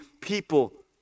people